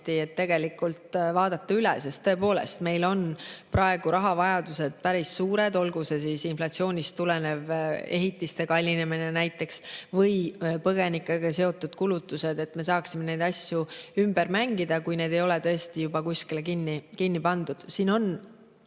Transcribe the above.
et vaadata see üle. Tõepoolest, meil on praegu rahavajadus päris suur, olgu põhjuseks inflatsioonist tulenev ehitiste kallinemine või põgenikega seotud kulutused. Me saaksime neid asju ümber mängida, kui need ei ole tõesti juba kuskile kinni pandud. Siin on